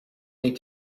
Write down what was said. need